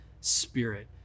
spirit